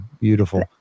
beautiful